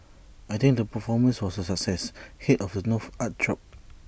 I think the performance was A success Head of the North's art troupe